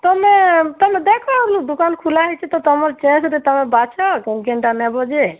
ତୁମେ ତୁମେ ଦେଖ ମୋ ଦୁକାନ୍ ଖୁଲା ହେଇଛି ତ ତୁମର ଚଏସ୍ରେ ତୁମେ ବାଛ କେନ୍ କେନ୍ଟା ନେବ ଯେ